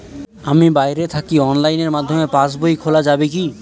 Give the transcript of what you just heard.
আমি বাইরে থাকি অনলাইনের মাধ্যমে পাস বই খোলা যাবে কি?